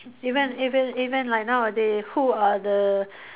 even even even like nowadays who are the